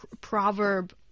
proverb